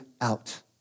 out